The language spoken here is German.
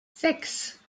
sechs